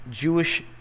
Jewish